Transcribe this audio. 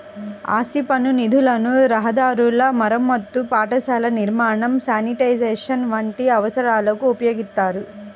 ఆస్తి పన్ను నిధులను రహదారుల మరమ్మతు, పాఠశాలల నిర్మాణం, శానిటేషన్ వంటి అవసరాలకు ఉపయోగిత్తారు